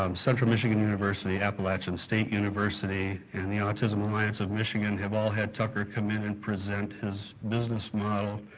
um central michigan university, appalachian state university, and the autism alliance of michigan have all had tucker come in and present his business model